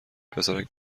پسرک